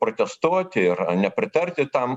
protestuoti ir nepritarti tam